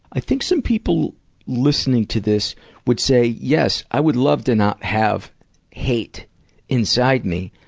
i think some people listening to this would say, yes, i would love to not have hate inside me.